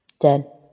Dead